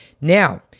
Now